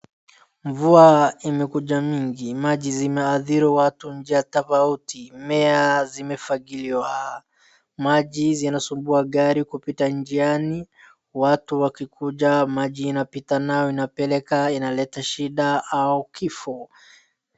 mvua imekuja mingi maji zimeadhiri watu njia tofauti mimea zimefagilia maji zinasumbua gari kupita njiani watu wakikuja maji inapita nao inapeleka inaleta shida au kifo